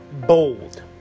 bold